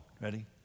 Ready